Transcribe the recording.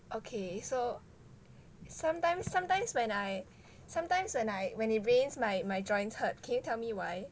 okay so sometimes sometimes when I sometimes when I when it rains like my joints hurt can you tell me why